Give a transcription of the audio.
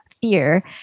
fear